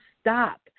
stop